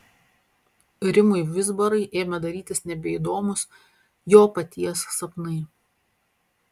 rimui vizbarai ėmė darytis nebeįdomūs jo paties sapnai